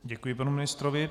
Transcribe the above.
Děkuji panu ministrovi.